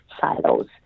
silos